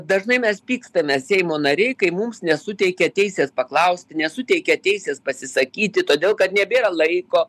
dažnai mes pykstame seimo nariai kai mums nesuteikia teisės paklausti nesuteikia teisės pasisakyti todėl kad nebėra laiko